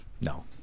No